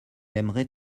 aimerait